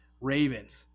Ravens